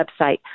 website